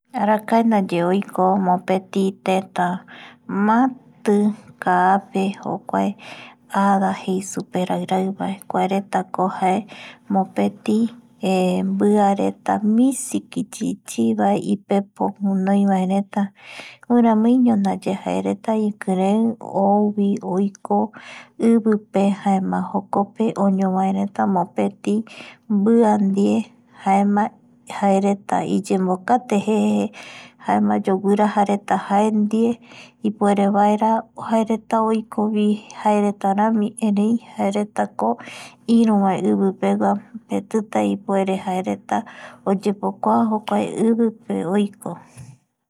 Arakae ndaye oiko mopeti teta mati kaape jokuae ada jei superairaivae kuaretako jae mopeti mbiareta misikichichivae ipepo guinoivaereta guiramuiño ndaye jaereta ikirei ouvi oiko ivipe jaema a jokope oñovaereta mopeti mbia ndie jaema jaereta iyembokate jeje jaema yoguiraja reta jae ndie ipuerevaera jaereta oikovi jae ndie erei jaeretako iruvae ivipegua mbaetita jaereta ipuere oyepokua jokuae ivipe oiko